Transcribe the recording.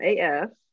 af